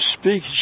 speak